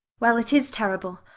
well it is terrible.